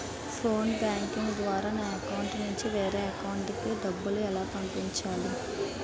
Phone banking ద్వారా నా account నుంచి వేరే అకౌంట్ లోకి డబ్బులు ఎలా పంపించాలి?